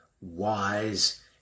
wise